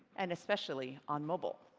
and especially on mobile.